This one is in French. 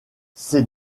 ces